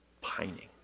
pining